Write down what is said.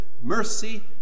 mercy